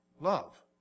Love